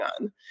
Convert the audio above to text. on